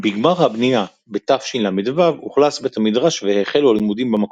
בגמר הבנייה בתשל"ו אוכלס בית המדרש והחלו הלימודים במקום.